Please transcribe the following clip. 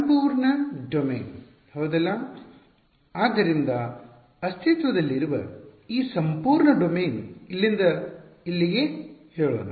ಸಂಪೂರ್ಣ ಡೊಮೇನ್ ಹೌದಲ್ಲ ಆದ್ದರಿಂದ ಅಸ್ತಿತ್ವದಲ್ಲಿರುವ ಈ ಸಂಪೂರ್ಣ ಡೊಮೇನ್ ಇಲ್ಲಿಂದ ಇಲ್ಲಿಗೆ ಹೇಳೋಣ